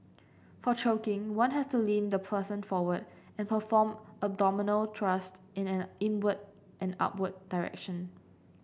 for choking one has to lean the person forward and perform abdominal thrust in an inward and upward direction